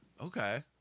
Okay